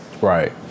Right